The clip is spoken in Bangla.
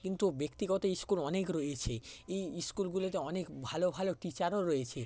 তো ব্যক্তিগত স্কুল অনেক রয়েছে এই স্কুলগুলোতে অনেক ভালো ভালো টিচারও রয়েছে